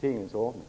tingens ordning.